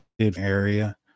area